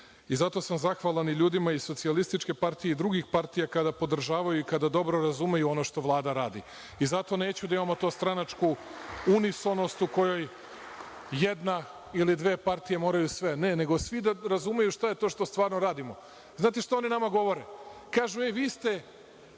i zato sam zahvalan i ljudima iz SPS i drugih partija kada podržavaju i kada dobro razumeju ono što Vlada radi, i zato neću da imamo tu stranačku unisonost u kojoj jedna ili dve partije moraju sve. Ne, nego svi da razumeju šta je to što stvarno radimo. Znate šta oni nama govore? Kažu- ej, vi ste